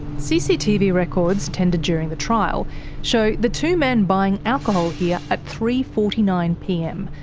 cctv records tendered during the trial show the two men buying alcohol here at three. forty nine pm,